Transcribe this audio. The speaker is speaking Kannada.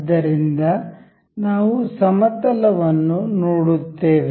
ಆದ್ದರಿಂದ ನಾವು ಸಮತಲ ವನ್ನು ನೋಡುತ್ತೇವೆ